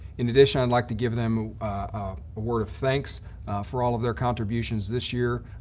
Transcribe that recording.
in addition, i'd like to give them a word of thanks for all of their contributions this year.